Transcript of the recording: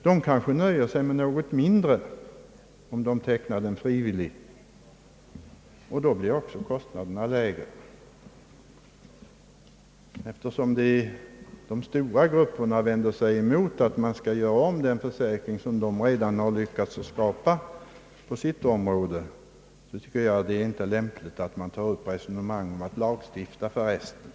De kanske nöjer sig med ett något lägre belopp om de tecknar frivillig försäkring, och då blir också kostnaderna lägre. Eftersom de stora grupperna vänder sig mot tanken att man skall göra om den försäkring som de redan lyckats skapa på sitt område, anser jag det inte lämpligt att ta upp ett resonemang om att lagstifta för de övriga.